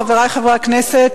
חברי חברי הכנסת,